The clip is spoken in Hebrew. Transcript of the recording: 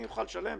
אני אוכל לשלם,